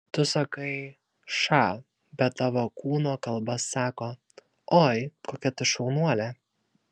tu sakai ša bet tavo kūno kalba sako oi kokia tu šaunuolė